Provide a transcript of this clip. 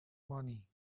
money